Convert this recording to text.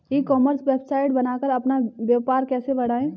ई commerce website बनाकर अपना व्यापार कैसे बढ़ाएँ?